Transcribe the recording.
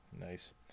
Nice